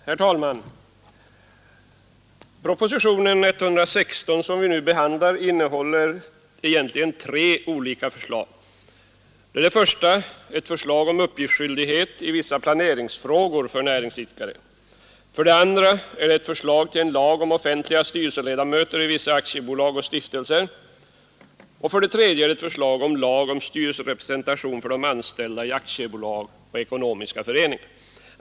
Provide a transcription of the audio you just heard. Herr talman! Propositionen 116, som vi nu behandlar, innehåller egentligen tre olika förslag — för det första ett förslag om uppgiftsskyldighet för näringsidkare i vissa planeringsfrågor, för det andra ett förslag till lag om offentliga styrelseledamöter i vissa aktiebolag och stiftelser, och för det tredje förslag till lag om styrelserepresentation för de anställda i aktiebolag och ekonomiska föreningar.